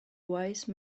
wise